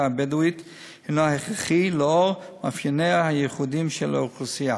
הבדואית הם הכרחיים לאור מאפייניה הייחודיים של אוכלוסייה